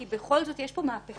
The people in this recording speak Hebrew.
כי בכל זאת יש פה מהפכה